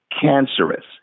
cancerous